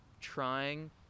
trying